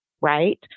right